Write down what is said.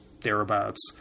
thereabouts